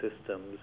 systems